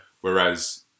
Whereas